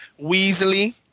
Weasley